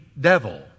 devil